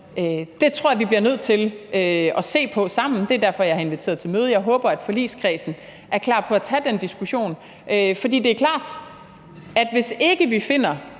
Det tror jeg vi bliver nødt til at se på sammen; det er derfor, jeg har inviteret til møde. Jeg håber, at forligskredsen er klar på at tage den diskussion. For det er klart, at hvis vi ikke finder